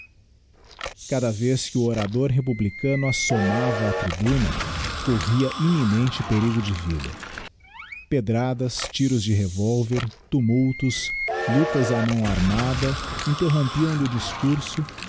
cada vez que o orador republicano assomava á tribuna corria imminente perigo de vida pedradas tiros de revolver tumultos luctas á mão armada interrompiam lhe o discurso